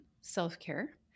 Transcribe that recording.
self-care